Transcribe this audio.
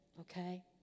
Okay